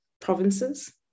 provinces